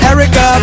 Erica